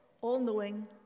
all-knowing